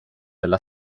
della